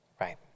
Right